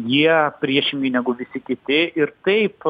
jie priešingai negu visi kiti ir kaip